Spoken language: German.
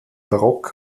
barock